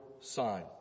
sign